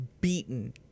beaten